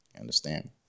Understand